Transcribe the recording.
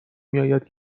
میآید